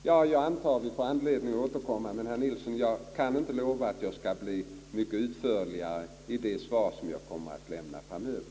Jag antar att vi får anledning återkomma till denna fråga, men, herr Nilsson, jag kan inte lova att det kommer att bli mycket utförligare besked i de svar som jag kan lämna framöver.